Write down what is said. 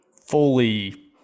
fully